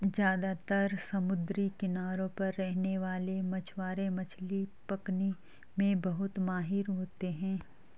ज्यादातर समुद्री किनारों पर रहने वाले मछवारे मछली पकने में बहुत माहिर होते है